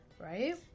right